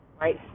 right